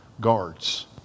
Guards